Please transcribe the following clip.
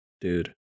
Dude